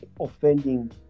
offending